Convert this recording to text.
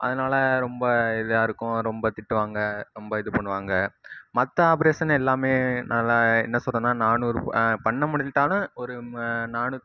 அதனால ரொம்ப இதாக இருக்கும் ரொம்ப திட்டுவாங்க ரொம்ப இது பண்ணுவாங்க மற்ற ஆப்ரேஷன் எல்லாமே நல்லா என்ன சொல்லுறதுன்னா நானூறு பண்ண முடிஞ்சிட்டாலும் ஒரு நானூத்